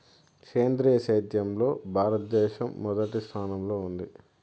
సేంద్రీయ సేద్యంలో భారతదేశం మొదటి స్థానంలో ఉంది